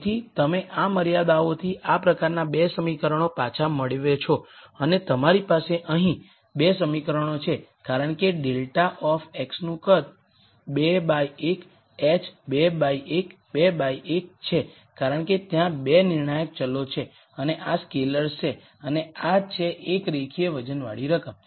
તેથી તમે આ મર્યાદાઓથી આ પ્રકારનાં 2 સમીકરણો પાછા મેળવો છો અને તમારી પાસે અહીં 2 સમીકરણો છે કારણ કે ∇ ઓફ x નું કદ 2 બાય 1 h 2 બાય 1 2 બાય 1 છે કારણ કે ત્યાં 2 નિર્ણાયક ચલો છે અને આ સ્કેલર્સ છે અને આ છે એક રેખીય વજનવાળી રકમ